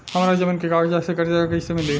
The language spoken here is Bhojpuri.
हमरा जमीन के कागज से कर्जा कैसे मिली?